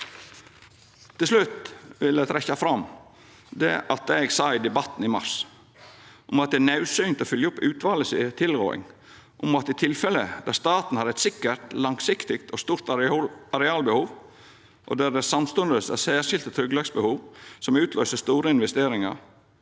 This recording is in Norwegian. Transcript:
Til slutt vil eg trekkja fram det eg sa i debatten i mars om at det er naudsynt å følgja opp tilrådinga frå utvalet om at i tilfelle der staten har eit sikkert, langsiktig og stort arealbehov, og der det samstundes er særskilde tryggleiksbehov som utløyser store investeringar,